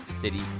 city